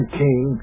king